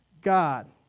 god